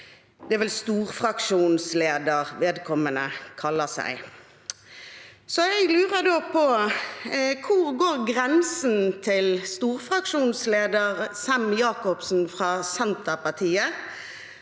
som vel er det vedkommende kaller seg. Så jeg lurer på: Hvor går grensen til storfraksjonsleder Sem-Jacobsen fra Senterpartiet